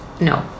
No